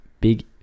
big